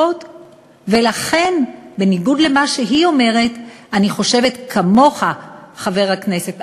לציבור ולעם כדי להכריע בסוגיות הרות גורל כמו הסדרים